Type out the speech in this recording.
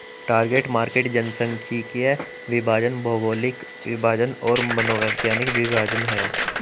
target market जनसांख्यिकीय विभाजन, भौगोलिक विभाजन और मनोवैज्ञानिक विभाजन हैं